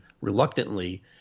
reluctantly